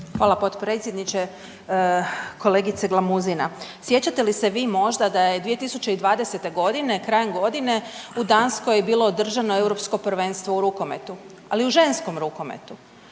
Hvala potpredsjedniče. Kolegice Glamuzina sjećate li se vi možda da je 2020. godine, krajem godine u Danskoj je bilo održano Europsko prvenstvo u rukometu, ali u ženskom rukometu.